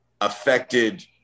affected